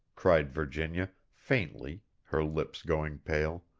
cried virginia, faintly, her lips going pale.